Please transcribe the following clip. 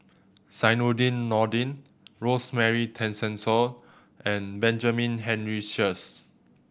Zainudin Nordin Rosemary Tessensohn and Benjamin Henry Sheares